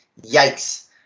yikes